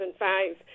2005